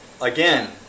again